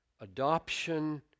adoption